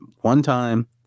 one-time